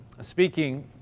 speaking